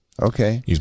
Okay